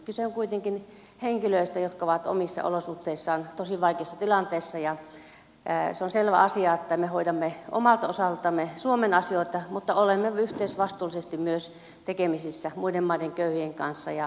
kyse on kuitenkin henkilöistä jotka ovat omissa olosuhteissaan tosi vaikeassa tilanteessa ja se on selvä asia että me hoidamme omalta osaltamme suomen asioita mutta olemme yhteisvastuullisesti myös tekemisissä muiden maiden köyhien kanssa ja teemme siellä oman velvollisuutemme